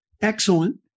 Excellent